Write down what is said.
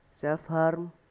self-harm